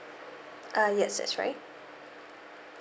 uh yes that's right